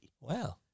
Wow